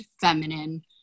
feminine